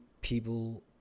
people